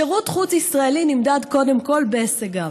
שירות חוץ ישראלי נמדד קודם כול בהישגיו.